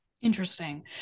Interesting